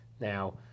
Now